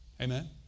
Amen